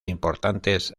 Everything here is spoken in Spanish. importantes